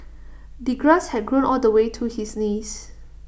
the grass had grown all the way to his knees